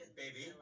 baby